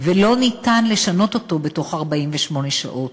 ולא ניתן לשנות אותו בתוך 48 שעות,